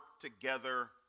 together